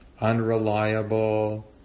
unreliable